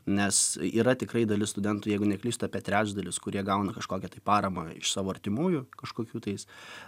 nes yra tikrai dalis studentų jeigu neklystu apie trečdalis kurie gauna kažkokią tai paramą iš savo artimųjų kažkokių tais